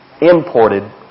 imported